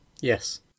yes